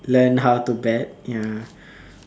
learn how to bet ya